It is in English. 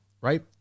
right